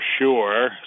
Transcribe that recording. sure